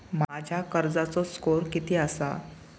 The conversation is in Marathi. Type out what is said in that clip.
माझ्या कर्जाचो स्कोअर किती आसा?